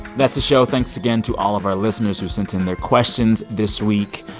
that's the show. thanks again to all of our listeners who sent in their questions this week.